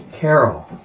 carol